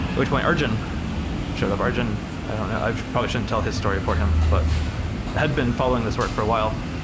which when arjun showed up. arjun i don't know. i probably shouldn't tell his story for him, but had been following this work for a while.